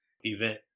event